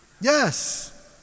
Yes